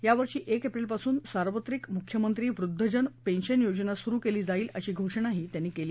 यावर्षी एक एप्रिलपासून सार्वत्रिक मुख्यमंत्री वृद्धजन पेन्शन योजना सुरु केली जाईल अशी घोषणाही त्यांनी केली